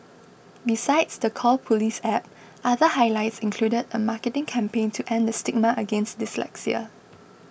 besides the Call Police App other highlights included a marketing campaign to end the stigma against dyslexia